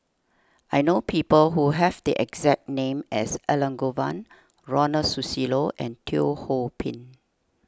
I know people who have the exact name as Elangovan Ronald Susilo and Teo Ho Pin